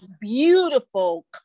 beautiful